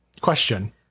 Question